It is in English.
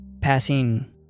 passing